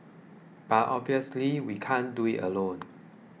but obviously we can't do it alone